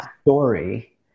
Story